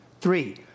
Three